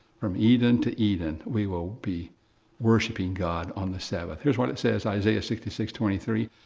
from eden to eden, we will be worshiping god on the sabbath. here's what it says, isaiah sixty six twenty three.